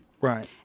right